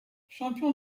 champion